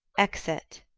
exit